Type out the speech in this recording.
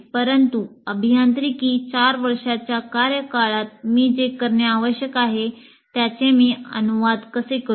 परंतु अभियांत्रिकी 4 वर्षांच्या कार्यकाळात मी जे करणे आवश्यक आहे त्याचे मी अनुवाद कसे करू